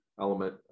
element